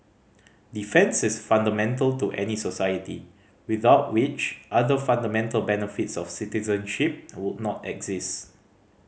defence is fundamental to any society without which other fundamental benefits of citizenship would not exist